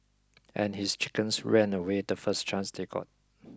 and his chickens ran away the first chance they got